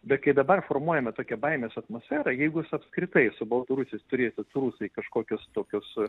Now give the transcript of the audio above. bet kai dabar formuojame tokią baimės atmosferą jeigu jūs apskritai su baltarusiais turėsit su rusais kažkokius tokius